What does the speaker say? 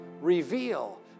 reveal